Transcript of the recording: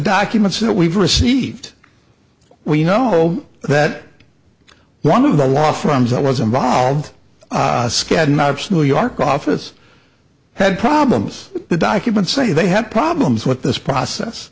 documents that we've received well you know that one of the law firms that was involved skadden arps new york office had problems the documents say they had problems with this process